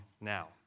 now